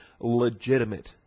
legitimate